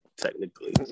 technically